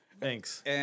Thanks